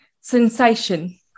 sensation